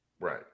Right